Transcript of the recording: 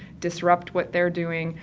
disrupt what they're doing.